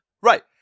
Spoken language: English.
Right